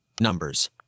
Numbers